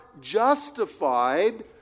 justified